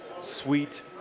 sweet